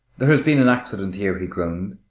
there has been an accident here, he groaned,